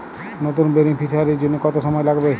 নতুন বেনিফিসিয়ারি জন্য কত সময় লাগবে?